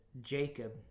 Jacob